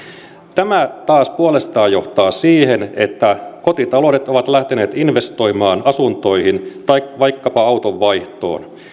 tämä taas puolestaan johtaa siihen että kotitaloudet ovat lähteneet investoimaan asuntoihin tai vaikkapa auton vaihtoon